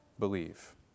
believe